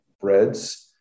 breads